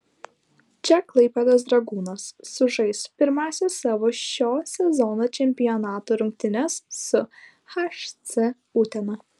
čia klaipėdos dragūnas sužais pirmąsias savo šio sezono čempionato rungtynes su hc utena